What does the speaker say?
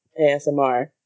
asmr